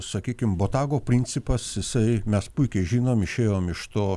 sakykim botago principas jisai mes puikiai žinom išėjom iš to